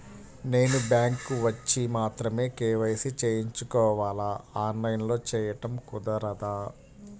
నేను బ్యాంక్ వచ్చి మాత్రమే కే.వై.సి చేయించుకోవాలా? ఆన్లైన్లో చేయటం కుదరదా?